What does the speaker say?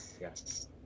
yes